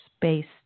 based